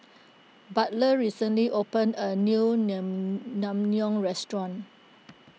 Butler recently opened a new Naengmyeon restaurant